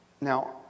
Now